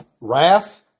Wrath